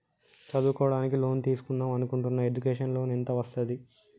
చదువుకోవడానికి లోన్ తీస్కుందాం అనుకుంటున్నా ఎడ్యుకేషన్ లోన్ ఎంత వస్తది?